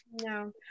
no